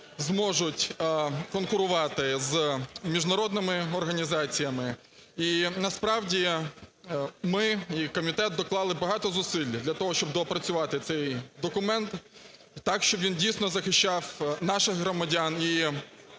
зможуть конкурувати з міжнародними організаціями. І, насправді, ми і комітет доклали багато зусиль для того, щоб доопрацювати цей документ так, щоб він, дійсно, захищав наших громадян, і